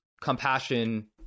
compassion